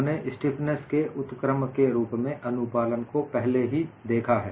हमने स्टीफनेस के उत्क्रम के रूप में अनुपालन को पहले ही देखा है